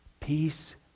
Peace